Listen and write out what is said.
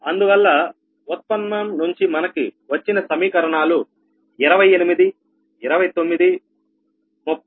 అందువల్ల ఉత్పన్నం నుంచి మనకు వచ్చిన సమీకరణాలు 28 29 30